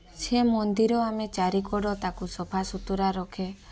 ସେ ମନ୍ଦିର ଆମେ ଚାରିକଡ଼ ତାକୁ ସଫାସୁତୁରା ରଖେ